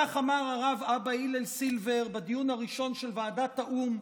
כך אמר הרב אבא הלל סילבר בדיון הראשון של ועדת האו"ם,